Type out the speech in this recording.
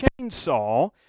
chainsaw